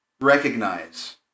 recognize